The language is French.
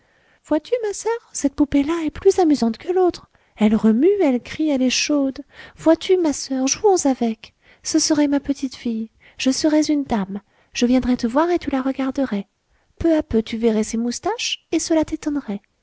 vois-tu ma soeur cette poupée là est plus amusante que l'autre elle remue elle crie elle est chaude vois-tu ma soeur jouons avec ce serait ma petite fille je serais une dame je viendrais te voir et tu la regarderais peu à peu tu verrais ses moustaches et cela t'étonnerait